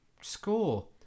score